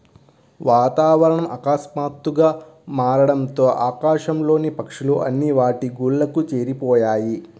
వాతావరణం ఆకస్మాతుగ్గా మారడంతో ఆకాశం లోని పక్షులు అన్ని వాటి గూళ్లకు చేరిపొయ్యాయి